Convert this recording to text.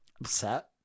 upset